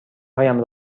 هایم